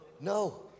No